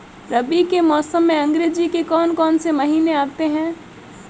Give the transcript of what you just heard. रबी के मौसम में अंग्रेज़ी के कौन कौनसे महीने आते हैं?